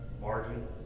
margin